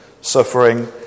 suffering